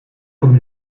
comme